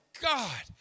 god